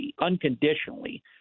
unconditionally